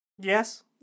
Yes